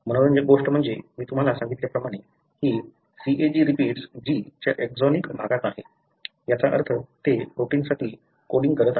मनोरंजक गोष्ट म्हणजे मी तुम्हाला सांगितल्याप्रमाणे ही CAG रिपीट्स G च्या एक्सोनिक भागात आहे याचा अर्थ ते प्रोटीनसाठी कोडिंग करत आहेत